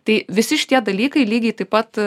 tai visi šitie dalykai lygiai taip pat